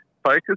Focus